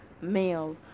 male